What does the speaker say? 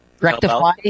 rectify